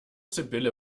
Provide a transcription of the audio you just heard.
sibylle